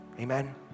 Amen